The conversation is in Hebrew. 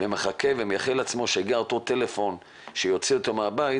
ומחכה ומייחל לעצמו שיגיע אותו טלפון שיוציא אותו מהבית,